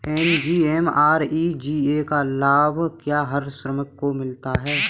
MGNREGA का लाभ क्या हर श्रमिक को मिलता है?